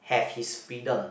have his freedom